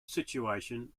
situation